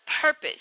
purpose